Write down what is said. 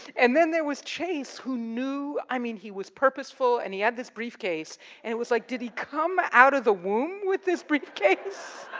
and then, there was chase who knew, i mean, he was purposeful and he had this briefcase and it was like did he come out of the womb with his briefcase?